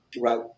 Right